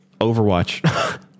Overwatch